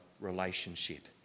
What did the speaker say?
relationship